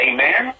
Amen